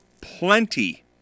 plenty